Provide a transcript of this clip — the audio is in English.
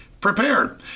prepared